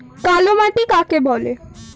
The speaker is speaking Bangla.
কালোমাটি কাকে বলে?